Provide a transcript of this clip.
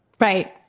Right